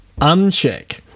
uncheck